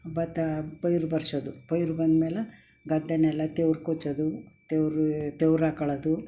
ಭತ್ತ ಪೈರು ಬರ್ಸೋದು ಪೈರು ಬಂದ್ಮೇಲೆ ಗದ್ದೆನೆಲ್ಲ ತೆವ್ರ್ ಕೊಚ್ಚೋದು ತೆವ್ರೀ ತೆವ್ರ್ ಹಾಕೊಳ್ಳೋದು